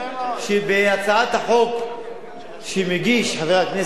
בהצעת החוק שהגיש חבר הכנסת,